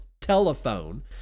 telephone